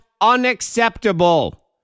unacceptable